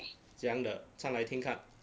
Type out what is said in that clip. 怎样的唱来听看